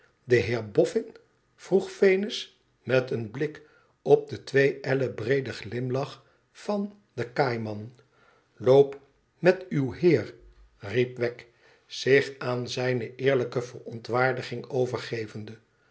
de heer bofn vroeg venus met een blik op den twee ellen breeden glimlach van den kaaiman loop met uw heer riep wegg zich aan zijne eerlijke verontwaardiging overgevende